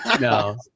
No